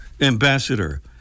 Ambassador